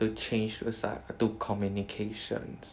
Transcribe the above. to change psy~ to communications